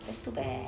that's too bad